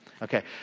Okay